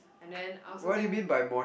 and then I also think